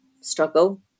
struggle